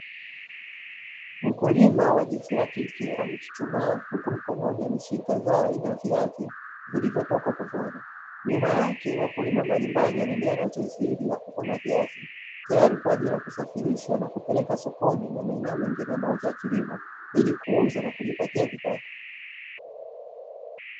Mkulima wa jinsia ya kike amechuchumaa huku mkononi amesika zao aina ya viazi vilivyotoka kuvunwa, nyuma yake wakulima mbalimbali wanaendelea na zoezi hili la kuvuna viazi tayari kwa ajili ya kusafirisha na kupeleka sokoni na maeneo mengine ya mauzo ya kilimo, ili kuuza na kujipatia kipato.